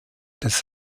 des